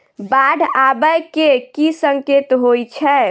बाढ़ आबै केँ की संकेत होइ छै?